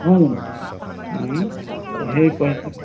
নহয় জানো সেই পইচাই